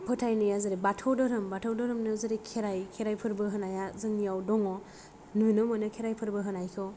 फोथायनाया जेरै बाथौ धोरोम बाथौ धोरोमनो जेरै खेराय खेरायफोरबो होनाया जोंनियाव दङ नुनो मोनो खेरायफोरबो होनायखौ जेरै